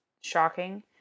shocking